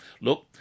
Look